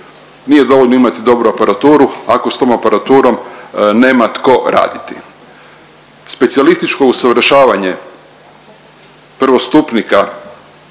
Nije dovoljno imati dobru aparaturu ako s tom aparaturom nema tko raditi. Specijalističko usavršavanje prvostupnika